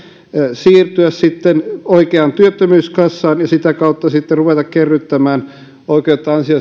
siirtyä sitten oikeaan työttömyyskassaan ja sitä kautta sitten ruveta kerryttämään oikeutta